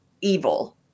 evil